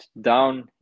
down